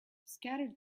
scattered